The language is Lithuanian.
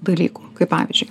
dalykų kaip pavyzdžiui